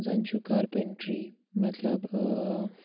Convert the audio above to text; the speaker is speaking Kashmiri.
زَن چھُ کارپٮ۪نٛٹرٛی مطلب